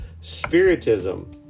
spiritism